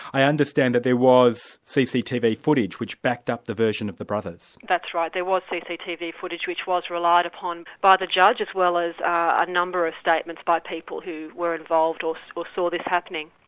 i understand that there was cctv footage which backed up the version of the brothers. that's right, there was cctv footage, which was relied upon by the judge, as well as a number of statements by people who were involved or or sort of happening.